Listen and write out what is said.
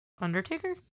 Undertaker